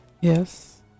Yes